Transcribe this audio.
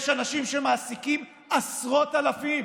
יש אנשים שמעסיקים עשרות אלפים,